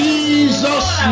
Jesus